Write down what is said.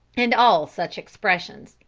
and all such expressions,